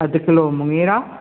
अधु किलो मुङेरा